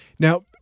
Now